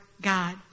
God